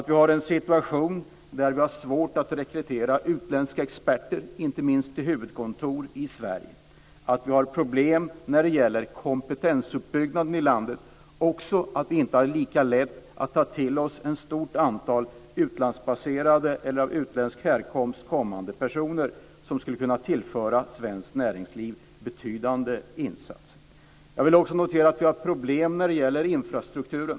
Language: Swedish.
Vi har en situation där vi har svårt att rekrytera utländska experter, inte minst till huvudkontor i Sverige. Vi har problem när det gäller kompetensuppbyggnaden i landet. Vi har inte heller så lätt att ta till oss ett stort antal utlandsbaserade personer eller personer med utländsk härkomst, som skulle kunna tillföra svenskt näringsliv betydande insatser. Jag vill också notera att vi har problem när det gäller infrastrukturen.